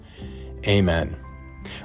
Amen